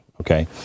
okay